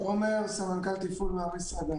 חברות